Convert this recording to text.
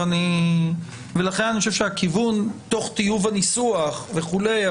לכן אני חושב שהכיוון תוך טיוב הניסוח וכולי,